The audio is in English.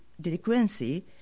delinquency